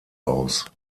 aus